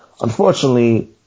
unfortunately